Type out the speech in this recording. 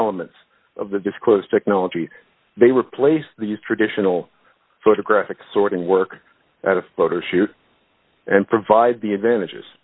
elements of the disclosed technology they replace these traditional photographic sorting work at a photo shoot and provide the advantages